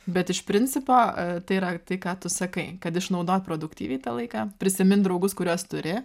bet iš principo tai yra tai ką tu sakai kad išnaudot produktyviai tą laiką prisimint draugus kuriuos turi